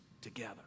together